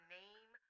name